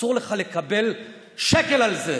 אסור לך לקבל שקל על זה.